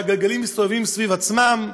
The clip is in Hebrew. והגלגלים מסתובבים סביב עצמם.